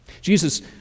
Jesus